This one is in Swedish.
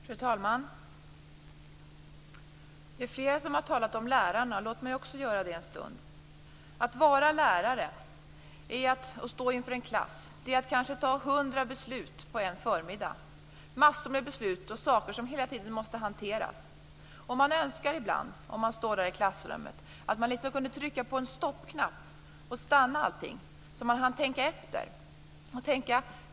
Fru talman! Det är flera som har talat om lärarna. Låt mig också göra det en stund. Att vara lärare och stå inför en klass är att kanske fatta 100 beslut på en förmiddag, massor av beslut om saker som hela tiden måste hanteras. Man önskar ibland när man står där i klassrummet att man kunde trycka på en stoppknapp och stanna allting, så att man hann tänka efter.